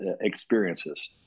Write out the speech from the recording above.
experiences